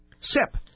Sip